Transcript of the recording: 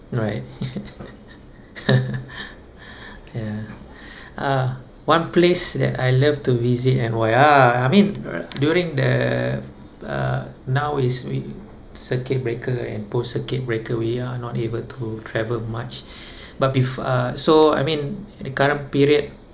right ya uh one place that I love to visit and why ah I mean during the uh now is we circuit breaker and post circuit breaker we are not able to travel much but bef~ uh so I mean in the current period